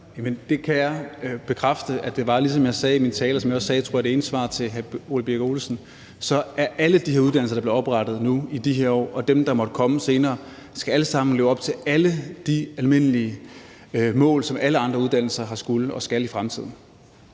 Det kan jeg bekræfte. Men det er sådan, ligesom jeg sagde i min tale, og som jeg også sagde i mit ene svar, tror jeg, til hr. Ole Birk Olesen, nemlig at alle de uddannelser, der bliver oprettet i de her år, og alle dem, der måtte komme senere, alle sammen skal leve op til alle de almindelige mål, som alle andre uddannelser har skullet og skal i fremtiden.